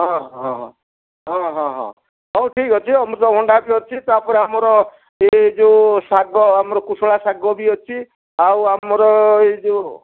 ହଁ ହଁ ହଁ ହଁ ହଁ ହଁ ହଉ ଠିକ୍ ଅଛି ଅମୃତଭଣ୍ଡା ବି ଅଛି ତାପରେ ଆମର ଏ ଯେଉଁ ଶାଗ ଆମର କୁଶୁଳା ଶାଗ ବି ଅଛି ଆଉ ଆମର ଏଇ ଯେଉଁ